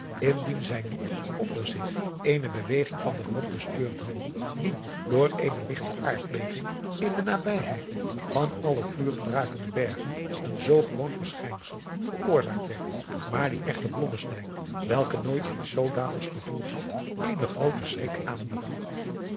indien zij niet onder zich eene beweging van den grond bespeurd hadden die door eene ligte aardbeving in de nabijheid van alle vuurbrakende bergen een zoo gewoon verschijnsel veroorzaakt werd maar die echter blommesteyn welke nooit iets zoodanigs gevoeld had eenen grooten schrik aanjoeg